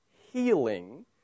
healing